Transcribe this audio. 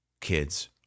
kids